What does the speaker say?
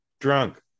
drunk